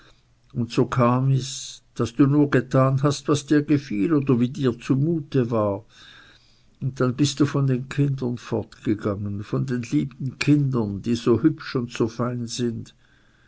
und so kam es daß du nur getan hast was dir gefiel oder wie dir zumute war und dann bist du von den kindern fortgegangen von den lieben kindern die so hübsch und so fein sind